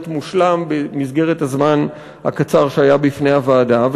מושלם במסגרת הזמן הקצר שהיה לרשות הוועדה,